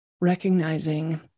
recognizing